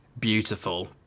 beautiful